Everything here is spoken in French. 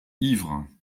ivres